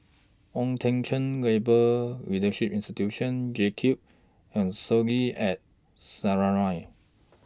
Ong Teng Cheong Labour Leadership Institute JCube and Soleil At Sinaran